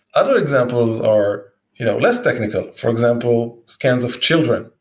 other examples are you know less technical. for example, scans of children.